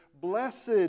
Blessed